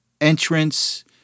entrance